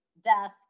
desk